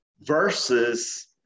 versus